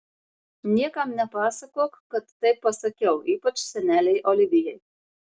niekam nepasakok kad taip pasakiau ypač senelei olivijai